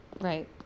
Right